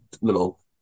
little